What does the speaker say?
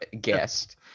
guest